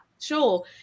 Sure